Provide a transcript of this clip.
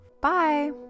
bye